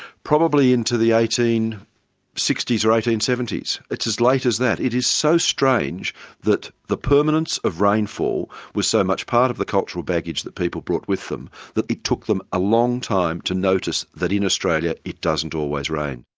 probably into the eighteen sixty s or eighteen seventy s. it's as late as that. it is so strange that the permanence of rainfall was so much part of the cultural baggage that people brought with them that it took them a long time to notice that in australia it doesn't always rain.